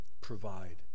provide